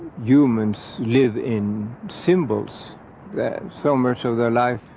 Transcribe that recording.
humans live in symbols so much of their life,